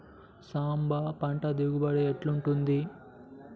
సాంబ పంట దిగుబడి ఎట్లుంటది?